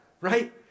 Right